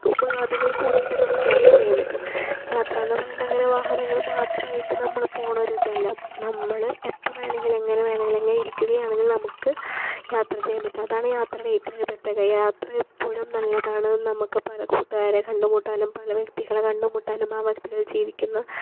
ഉപാധികൾ കൂടിയിട്ട് നമുക്ക് യാത്ര ചെയ്യാൻ പറ്റും യാത്ര എന്ന് പറയുന്നത് അങ്ങനെ വാഹനങ്ങളിൽ മാത്രമായിട്ട് നമ്മള് പോകുന്ന ഒരു ഇതല്ല നമ്മള് എപ്പം വേണമെങ്കിലും എങ്ങനെ വേണമെങ്കിലും എങ്ങനെ ഇരിക്കുകയാണെങ്കിൽ നമുക്ക് യാത്ര ചെയ്യാൻ പറ്റും അതാണ് യാത്രയുടെ ഏറ്റവും വലിയ പ്രത്യേകത യാത്ര ഇപ്പോഴും നല്ലതാണ് നമുക്ക് പല കൂട്ടുകാരെ കണ്ടുമുട്ടാനും പല വ്യക്തികളെ കണ്ട് മുട്ടാനും അവർക്കിടയിൽ ജീവിക്കുന്ന